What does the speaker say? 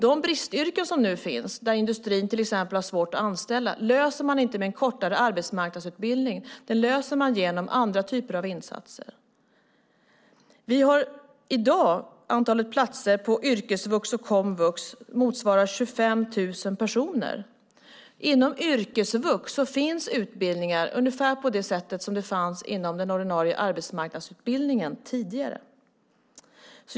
De bristyrken som nu finns - till exempel har industrin svårt att anställa - löses inte med en kortare arbetsmarknadsutbildning utan genom andra typer av insatser. I dag motsvarar antalet platser på yrkesvux och komvux 25 000 personer. Inom yrkesvux finns det utbildningar ungefär som inom den ordinarie arbetsmarknadsutbildningen tidigare.